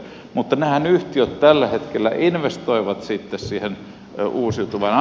mutta nämä yhtiöthän tällä hetkellä investoivat sitten siihen uusiutuvaan